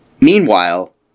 meanwhile